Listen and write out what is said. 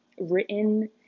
written